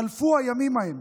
חלפו הימים ההם.